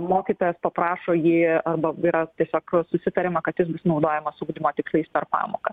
mokytojas paprašo jį arba yra tiesiog susitariama kad jis bus naudojamas ugdymo tikslais per pamoką